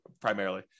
primarily